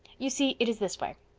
you see, it is this way.